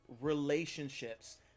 relationships